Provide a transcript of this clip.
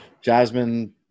Jasmine